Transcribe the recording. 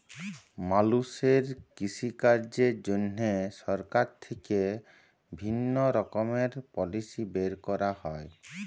মালুষের কৃষিকাজের জন্হে সরকার থেক্যে বিভিল্য রকমের পলিসি বের ক্যরা হ্যয়